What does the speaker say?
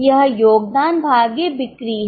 यह योगदान भागे बिक्री है